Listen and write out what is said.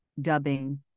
dubbing